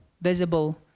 visible